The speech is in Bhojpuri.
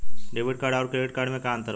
डेबिट कार्ड आउर क्रेडिट कार्ड मे का अंतर बा?